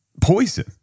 poison